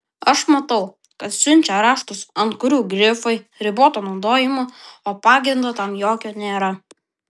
aš matau kad siunčia raštus ant kurių grifai riboto naudojimo o pagrindo tam jokio nėra